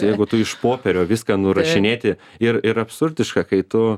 jeigu tu iš popierio viską nurašinėti ir ir absurdiška kai tu